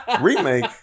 Remake